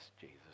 Jesus